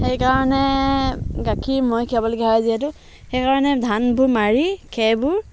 সেইকাৰণে গাখীৰ মই খীৰাবলগীয়া হয় যিহেতু সেইকাৰণে ধানবোৰ মাৰি খেৰবোৰ